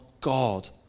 God